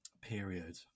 Period